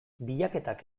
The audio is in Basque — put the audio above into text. bilaketak